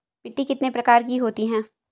मिट्टी कितने प्रकार की होती हैं?